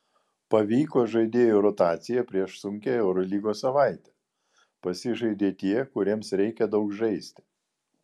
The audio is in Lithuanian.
pavyko žaidėjų rotacija prieš sunkią eurolygos savaitę pasižaidė tie kuriems reikia daug žaisti